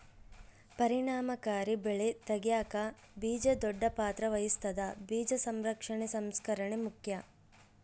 ಪರಿಣಾಮಕಾರಿ ಬೆಳೆ ತೆಗ್ಯಾಕ ಬೀಜ ದೊಡ್ಡ ಪಾತ್ರ ವಹಿಸ್ತದ ಬೀಜ ಸಂರಕ್ಷಣೆ ಸಂಸ್ಕರಣೆ ಮುಖ್ಯ